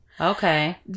Okay